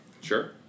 Sure